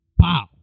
Wow